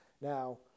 Now